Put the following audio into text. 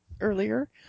earlier